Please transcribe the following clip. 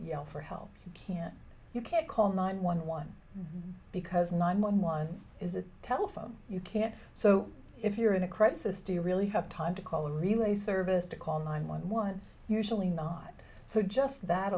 yell for help you can't you can't call nine one one because nine one one is a telephone you can't so if you're in a crisis do you really have time to call or relay service to call nine one one usually not so just that